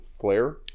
flare